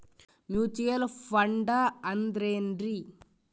Mutual fund ಅಂದ್ರೆನ್ರಿ?